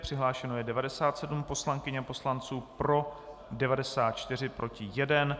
Přihlášeno je 97 poslankyň a poslanců, pro 94, proti 1.